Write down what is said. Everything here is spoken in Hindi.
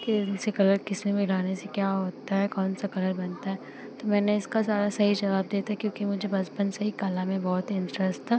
कि इनसे कलर किसमें मिलाने से क्या होता है कौन सा कलर बनता है तो मैंने इसका सारा सही जवाब दिया था क्योंकि मुझे बचपन से ही कला में बहुत इन्ट्रस था